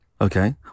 Okay